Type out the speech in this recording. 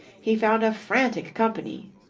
he found a frantic company